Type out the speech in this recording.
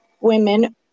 women